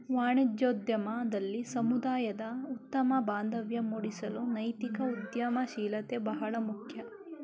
ವಾಣಿಜ್ಯೋದ್ಯಮದಲ್ಲಿ ಸಮುದಾಯದ ಉತ್ತಮ ಬಾಂಧವ್ಯ ಮೂಡಿಸಲು ನೈತಿಕ ಉದ್ಯಮಶೀಲತೆ ಬಹಳ ಮುಖ್ಯ